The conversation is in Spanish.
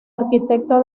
arquitecto